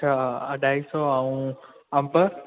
त अढाई सौ ऐं अंबु